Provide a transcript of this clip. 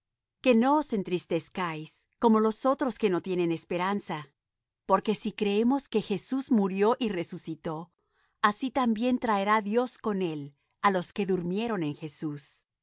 que no os entristezcáis como los otros que no tienen esperanza porque si creemos que jesús murió y resucitó así también traerá dios con él á los que durmieron en jesús